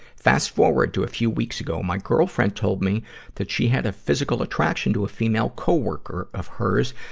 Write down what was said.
fast-forward to a few weeks ago, my girlfriend told me that she had a physical attraction to a female co-worker of hers,